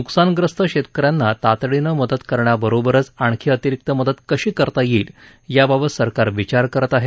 नुकसानग्रस्त शेतक यांना तातडीनं मदत करण्याबरोबरच आणखी अतिरीक्त मदत कशी करता येईल याबाबत सरकार विचार करत आहे